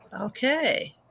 okay